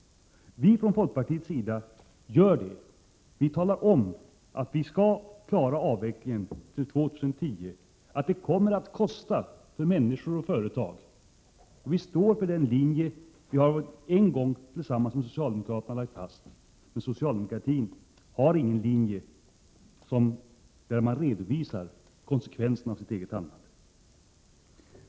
Från folkpartiets sida gör vi det. Vi redovisar hur vi vill klara avvecklingen till 2010 och att det medför kostnader för människor och företag. Vi står för den linje som vi en gång tillsammans med socialdemokraterna har lagt fast. Men de har i dag ingen linje där de redovisar konsekvenserna av sitt handlande.